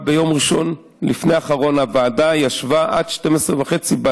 רק ביום ראשון לפני האחרון הוועדה ישבה עד 00:30,